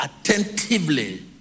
attentively